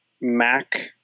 mac